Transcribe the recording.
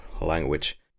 language